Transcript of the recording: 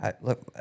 Look